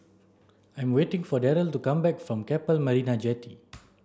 I'm waiting for Darold to come back from Keppel Marina Jetty